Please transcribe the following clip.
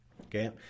Okay